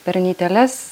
per nyteles